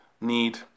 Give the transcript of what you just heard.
need